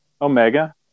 Omega